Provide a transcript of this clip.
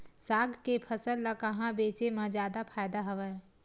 साग के फसल ल कहां बेचे म जादा फ़ायदा हवय?